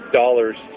dollars